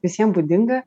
visiem būdinga